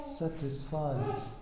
satisfied